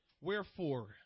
Wherefore